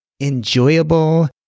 enjoyable